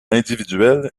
individuel